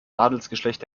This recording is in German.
adelsgeschlecht